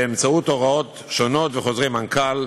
באמצעות הוראות שונות וחוזרי מנכ"ל.